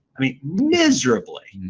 i mean, miserably